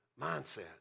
mindset